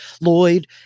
Lloyd